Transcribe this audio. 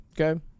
Okay